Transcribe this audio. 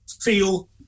feel